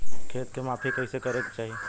खेत के माफ़ी कईसे करें के चाही?